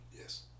Yes